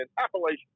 Appalachian